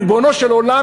ריבונו של עולם,